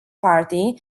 party